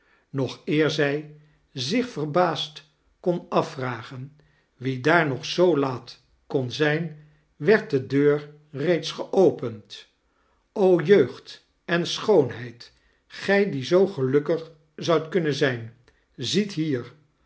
nog eer zij zich verbaasd kon afvragen wie daar nog zoo laat kon zijn werd de deur reeds geopend o jeugd en schoonheid gij die zoo gelukkig zoudi kunnen zijn ziet hier